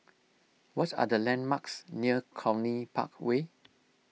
what are the landmarks near Cluny Park Way